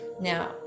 now